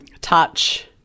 touch